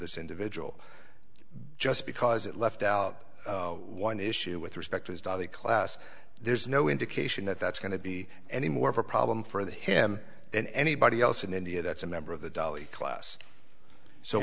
this individual just because it left out one issue with respect to his dog class there's no indication that that's going to be any more of a problem for him than anybody else in india that's a member of the dolly class so